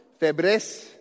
Febres